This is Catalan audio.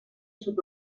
sud